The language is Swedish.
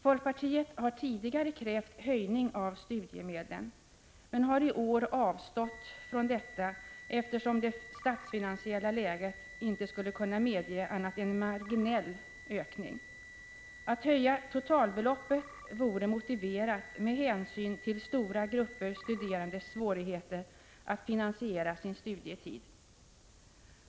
Folkpartiet har tidigare krävt höjning av studiemedlen men har i år avstått från detta, eftersom det statsfinansiella läget ej skulle kunna medge annat än en marginell sådan. Att höja totalbeloppet vore motiverat med hänsyn till svårigheterna för stora grupper studerande att finansiera sina studier.